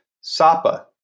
Sapa